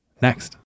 next